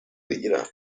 بگیرم